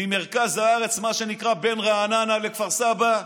ממרכז הארץ, מה שנקרא בין רעננה לכפר סבא,